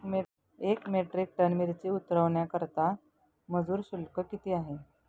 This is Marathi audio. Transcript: एक मेट्रिक टन मिरची उतरवण्याकरता मजूर शुल्क किती आहे?